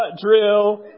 drill